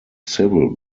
civil